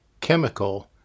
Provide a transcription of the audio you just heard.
chemical